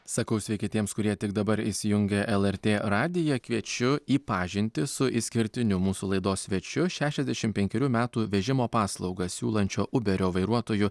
sakau sveiki tiems kurie tik dabar įsijungė lrt radiją kviečiu į pažintį su išskirtiniu mūsų laidos svečiu šešiasdešim penkerių metų vežimo paslaugas siūlančio uberio vairuotoju